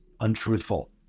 Untruthful